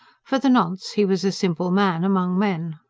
for the nonce, he was a simple man among men.